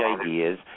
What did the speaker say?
ideas